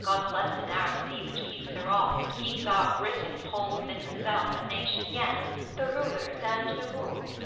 god bless the narrow sea which keeps her off, and keeps our britain, whole within herself, a nation yet, the rulers and the ruled